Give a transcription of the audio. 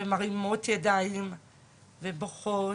ומרימות ידיים, ובוכות.